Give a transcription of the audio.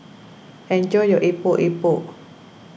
enjoy your Epok Epok